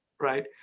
right